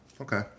Okay